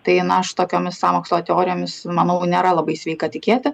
tai na aš tokiomis sąmokslo teorijomis manau nėra labai sveika tikėti